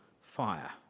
fire